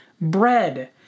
bread